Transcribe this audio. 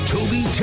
Toby